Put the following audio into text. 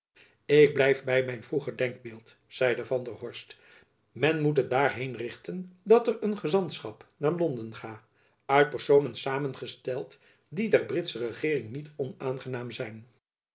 ik blijf by mijn vroeger denkbeeld zeide van der horst men moet het daarheen richten dat er een gezantschap naar londen ga uit personen samengesteld die der britsche regeering niet onaangenaam zijn